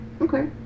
Okay